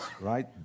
right